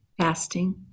fasting